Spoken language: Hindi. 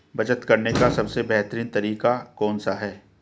बचत करने का सबसे बेहतरीन तरीका कौन सा है?